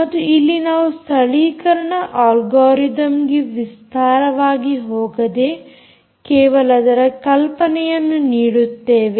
ಮತ್ತು ಇಲ್ಲಿ ನಾವು ಸ್ಥಳೀಕರಣ ಆಲ್ಗೊರಿತಮ್ಗೆ ವಿಸ್ತಾರವಾಗಿ ಹೋಗದೆ ಕೇವಲ ಅದರ ಕಲ್ಪನೆಯನ್ನು ನೀಡುತ್ತೇವೆ